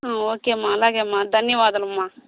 okay అమ్మా అలాగేనమ్మా ధన్యవాదాలమ్మా